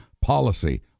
policy